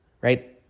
right